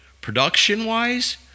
production-wise